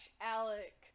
Alec